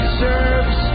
serves